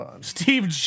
Steve